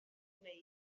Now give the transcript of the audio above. gwneud